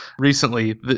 Recently